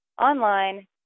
online